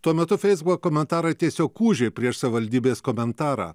tuo metu facebook komentarai tiesiog ūžė prieš savivaldybės komentarą